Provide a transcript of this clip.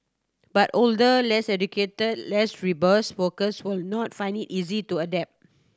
but older less educated less robust workers will not find it easy to adapt